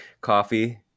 coffee